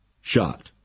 shot